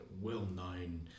well-known